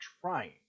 trying